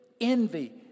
envy